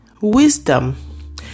wisdom